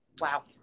Wow